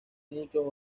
muchos